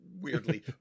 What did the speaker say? weirdly